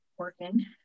working